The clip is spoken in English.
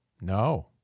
No